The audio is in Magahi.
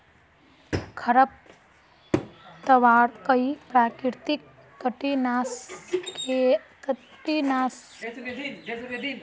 खरपतवार कई प्राकृतिक कीटनाशकेर भोजन उपलब्ध करवा छे